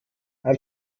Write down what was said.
ein